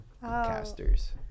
casters